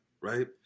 right